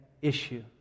issue